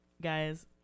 guys